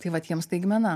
tai vat jiems staigmena